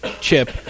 Chip